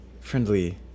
friendly